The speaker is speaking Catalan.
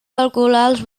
calcular